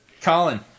Colin